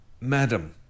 Madam